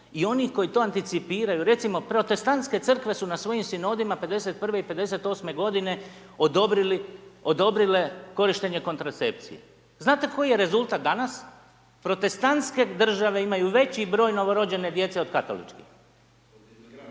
i oni koji to anticipiraju, recimo protestantske Crkve su na svojim sinodima '51. i '58. godine odobrili, odobrile korištenje kontracepcije. Znate koji je rezultat danas? Protestantske države imaju veći broj novorođene djece od katoličkih.